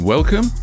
Welcome